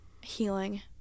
healing